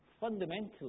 fundamentally